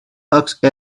asked